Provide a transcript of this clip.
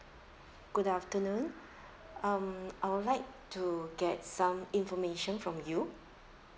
good afternoon um I would like to get some information from you